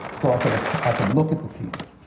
so i could i could look at the piece.